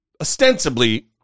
ostensibly